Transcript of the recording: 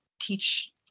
teach